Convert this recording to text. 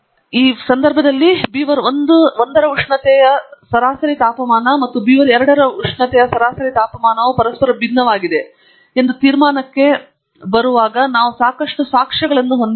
ಈ ಸಂದರ್ಭದಲ್ಲಿ ಬೀವರ್ 1 ರ ಉಷ್ಣತೆಯ ಸರಾಸರಿ ತಾಪಮಾನವು ಮತ್ತು ಬೀವರ್ 2 ರ ಸರಾಸರಿ ಉಷ್ಣತೆಯು ಪರಸ್ಪರ ಭಿನ್ನವಾಗಿದೆ ಎಂದು ತೀರ್ಮಾನಕ್ಕೆ ಬರುವಲ್ಲಿ ನಾವು ಸಾಕಷ್ಟು ಸಾಕ್ಷ್ಯಗಳನ್ನು ಹೊಂದಿದ್ದೇವೆ